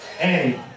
Hey